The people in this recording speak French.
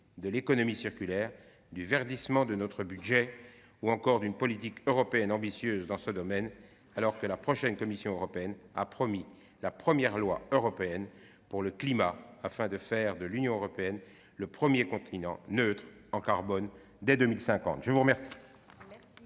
de l'économie circulaire, du verdissement de notre budget, ou encore d'une politique européenne ambitieuse dans ce domaine. À cet égard, je me réjouis que la nouvelle commission européenne ait promis la première loi européenne pour le climat, afin de faire de l'Union européenne le premier continent neutre en carbone dès 2050 ! La parole